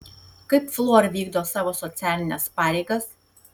kaip fluor vykdo savo socialines pareigas